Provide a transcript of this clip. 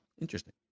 Interesting